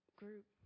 group